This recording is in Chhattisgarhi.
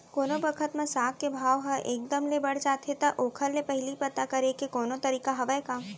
कोनो बखत म साग के भाव ह एक दम ले बढ़ जाथे त ओखर ले पहिली पता करे के कोनो तरीका हवय का?